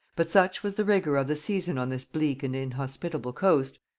but such was the rigor of the season on this bleak and inhospitable coast,